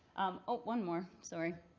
oh, one more. sorry.